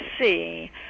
see